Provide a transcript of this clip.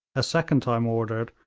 a second time ordered,